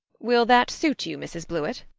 will that suit you, mrs. blewett?